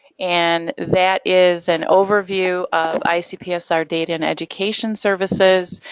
and that is an overview of icpsr data and education services.